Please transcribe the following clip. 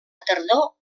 tardor